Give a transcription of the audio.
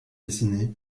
dessinée